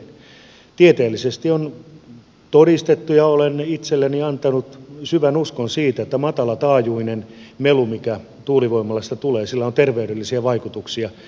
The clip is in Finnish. tieteellisesti on todistettu ja olen itselleni antanut syvän uskon siitä että matalataajuisella melulla mikä tuulivoimalasta tulee on terveydellisiä vaikutuksia